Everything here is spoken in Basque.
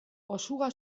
osuga